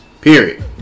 Period